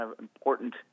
important